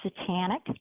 satanic